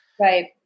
Right